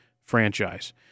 franchise